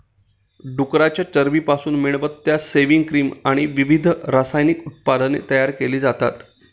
डुकराच्या चरबीपासून मेणबत्त्या, सेव्हिंग क्रीम आणि विविध रासायनिक उत्पादने तयार केली जातात